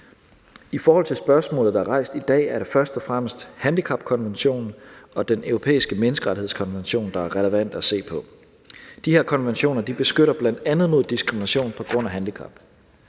I forhold til spørgsmålet, der er rejst i dag, er det først og fremmest handicapkonventionen og Den Europæiske Menneskerettighedskonvention, det er relevant at se på. De her konventioner beskytter bl.a. mod diskrimination på grund af handicap.